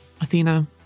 Athena